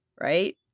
right